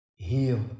Heal